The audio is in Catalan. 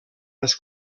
les